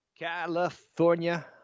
California